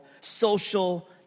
social